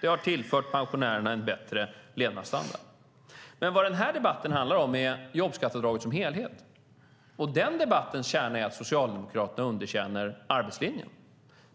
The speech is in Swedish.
Det har gett pensionärerna en bättre levnadsstandard. Den här debatten handlar dock om jobbskatteavdraget som helhet, och den debattens kärna är att Socialdemokraterna underkänner arbetslinjen.